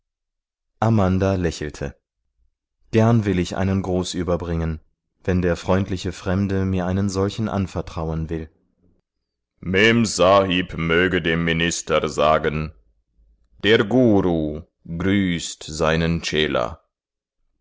amanda lächelte gern will ich einen gruß überbringen wenn der freundliche fremde mir einen solchen anvertrauen will memsahib möge dem minister sagen der guru grüßt seinen